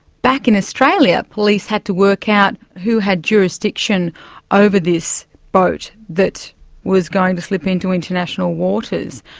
back in australia, police had to work out who had jurisdiction over this boat that was going to slip into international waters.